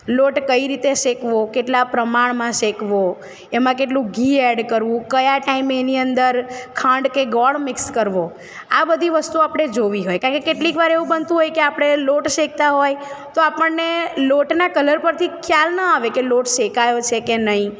લોટ કઈ રીતે શેકવો કેટલાં પ્રમાણમાં શેકવો એમાં કેટલું ઘી એડ કરવું કયા ટાઈમે એની અંદર ખાંડ કે ગોળ મિક્સ કરવો આ બધી વસ્તુ આપણે જોવી હોય કારણ કે કેટલીક વાર એવું બનતું હોય કે આપણે લોટ શેકતાં હોય તો આપણને લોટનાં કલર પરથી ખ્યાલ ન આવે કે લોટ શેકાયો છે કે નહીં